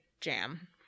jam